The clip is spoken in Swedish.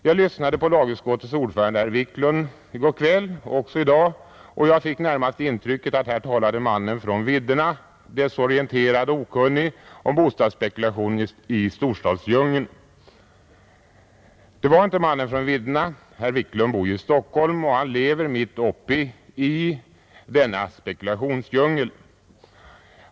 Jag lyssnade på lagutskottets ordförande i går kväll och även i dag, och jag fick närmast det intrycket att här talade mannen från vidderna, desorienterad och okunnig om bostadsspekulationen i storstadsdjungeln. Men det var inte mannen från vidderna. Herr Wiklund bor ju i Stockholm och lever mitt uppe i denna spekulationsdjungel.